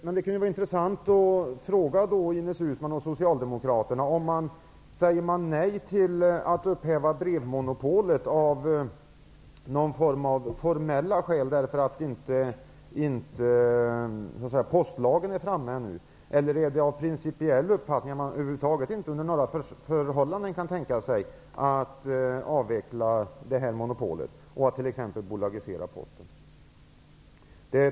Men jag vill också fråga Ines Uusmann och Socialdemokraterna: Säger man nej till att upphäva brevmonopolet av formellt skäl, därför att postlagen ännu inte har tagits fram, eller är det en principiell uppfattning att man inte under några förhållanden kan tänka sig att avveckla monopolet och t.ex. bolagisera Posten?